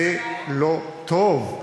זה לא טוב,